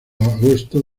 agosto